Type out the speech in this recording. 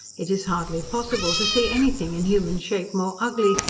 it is hardly possible to see any thing in human shape more ugly,